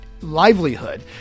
livelihood